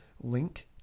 link